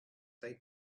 they